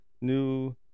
New